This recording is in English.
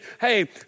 hey